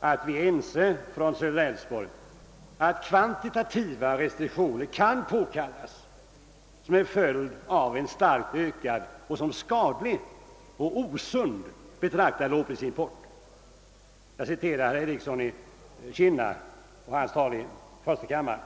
är vi från södra Älvsborg ense — att kvantitativa restriktioner kan påkallas som en följd av en starkt ökad och som skadlig och osund betraktad lågprisimport, som herr Ericsson i Kinna uttryckte det i första kammaren.